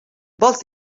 vols